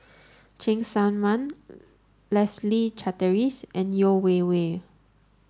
Cheng Tsang Man Leslie Charteris and Yeo Wei Wei